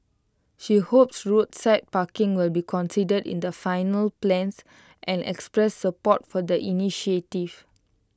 she hopes roadside parking will be considered in the final plans and expressed support for the initiative